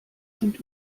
sind